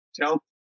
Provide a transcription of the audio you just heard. tell